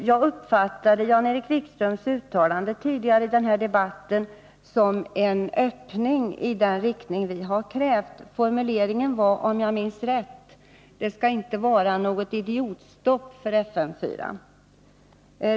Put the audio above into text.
Jag uppfattade Jan-Erik Wikströms uttalande tidigare här i debatten som en öppning i den riktning som vi har krävt. Formuleringen var om jag minns rätt: Det skall inte vara något idiotstopp för FM 4.